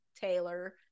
Taylor